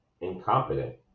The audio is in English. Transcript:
incompetent